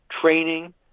training